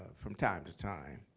from time-to-time.